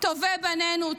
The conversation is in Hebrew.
טובי בנינו,